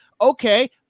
Okay